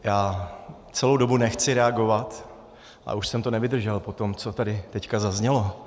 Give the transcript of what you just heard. Já celou dobu nechci reagovat, ale už jsem to nevydržel po tom, co tady teď zaznělo.